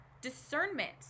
discernment